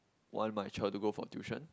want my child to go for tuition